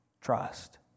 trust